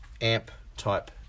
amp-type